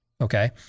Okay